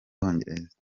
bwongereza